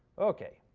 ok,